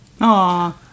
Aw